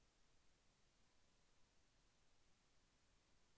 Hybrid విత్తనాలు ఎందుకు మంచివి?